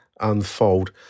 unfold